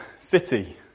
city